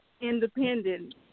independent